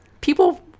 people